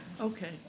Okay